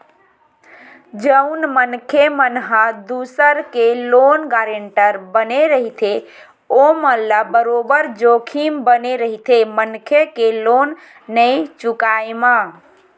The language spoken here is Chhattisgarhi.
जउन मनखे मन ह दूसर के लोन गारेंटर बने रहिथे ओमन ल बरोबर जोखिम बने रहिथे मनखे के लोन नइ चुकाय म